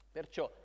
Perciò